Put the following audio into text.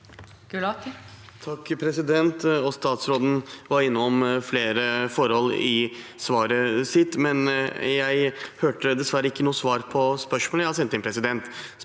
Statsråden var innom flere forhold i svaret sitt, men jeg hørte dessverre ikke noe svar på spørsmålet